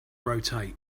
rotate